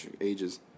ages